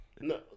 No